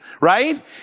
right